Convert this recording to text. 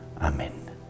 Amen